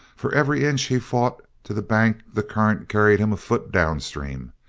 for every inch he fought to the bank the current carried him a foot down stream,